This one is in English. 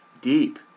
deep